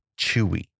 chewy